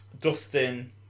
Dustin